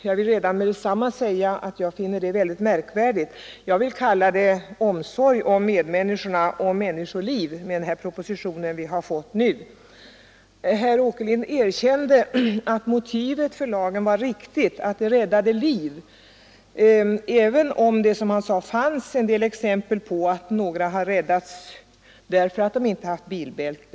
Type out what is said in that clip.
Jag vill omedelbart säga att jag finner detta vara märkligt. Jag vill när det gäller den proposition som nu framlagts snarare tala om omsorg om människor och om människoliv. Herr Åkerlind erkände att lagens motiv, att rädda liv, var riktigt även om det, som han sade, fanns exempel på att människor hade räddats därför att de inte haft bilbälte.